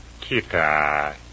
Kita